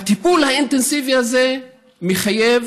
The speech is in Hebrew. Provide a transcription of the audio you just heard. הטיפול האינטנסיבי הזה מחייב